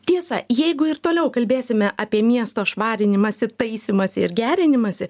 tiesa jeigu ir toliau kalbėsime apie miesto švarinimąsi taisymąsi ir gerinimąsi